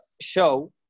show